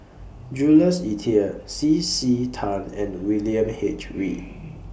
Jules Itier C C Tan and William H Read